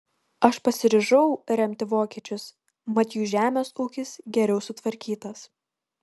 aš pasiryžau remti vokiečius mat jų žemės ūkis geriau sutvarkytas